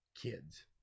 kids